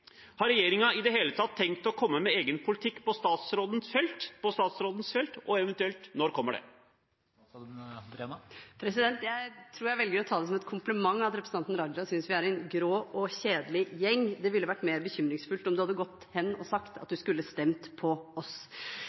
Har regjeringen i det hele tatt tenkt å komme med egen politikk på statsrådens felt, og – eventuelt – når kommer det? Jeg tror jeg velger å ta det som en kompliment at representanten Raja synes vi er en grå og kjedelig gjeng. Det ville vært mer bekymringsfullt om han hadde gått hen og sagt at han skulle stemt på oss.